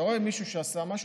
אתה רואה מישהו שעשה משהו,